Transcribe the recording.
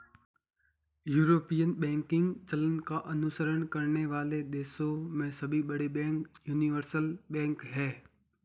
European banking चलन का अनुसरण करने वाले देशों में सभी बड़े बैंक यूनिवर्सल बैंक हैं